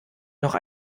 noch